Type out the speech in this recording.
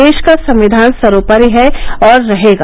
देश का संविधान सर्वोपरि है और रहेगा